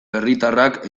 herritarrak